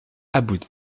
aboud